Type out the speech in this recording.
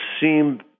seem